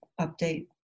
update